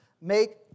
make